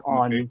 on